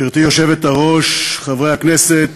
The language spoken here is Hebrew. גברתי היושבת-ראש, חברי הכנסת,